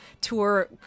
tour